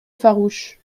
farouche